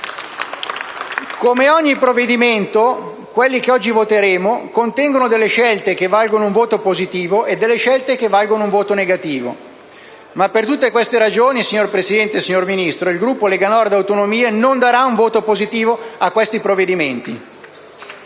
Come ogni provvedimento, anche quelli che oggi voteremo contengono delle scelte che valgono un voto positivo e delle scelte che valgono un voto negativo. Per tutte queste ragioni, signor Presidente, signor Ministro, il Gruppo Lega Nord-Autonomie non darà un voto positivo a questi provvedimenti.